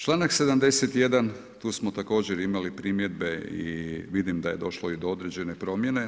Čl. 71., tu smo također imali primjedbe i vidim da je došlo do određene promjene.